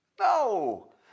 No